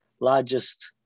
largest